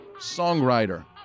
songwriter